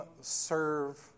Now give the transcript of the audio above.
serve